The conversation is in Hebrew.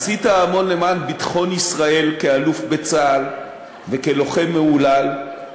עשית המון למען ביטחון ישראל כאלוף בצה"ל וכלוחם מהולל,